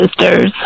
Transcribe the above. Sisters